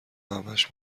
همش